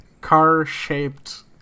Car-shaped